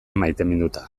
maiteminduta